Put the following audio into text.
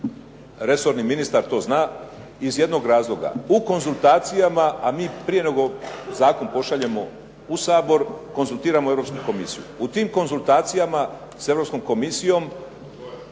resorni ministar to zna iz jednog razloga. U konzultacijama a mi prije nego zakon pošaljemo u Sabor konzultiramo Europsku komisiju. U tim konzultacijama s Europskom komisijom